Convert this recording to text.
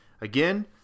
Again